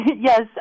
Yes